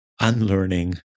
unlearning